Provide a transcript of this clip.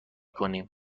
کنیم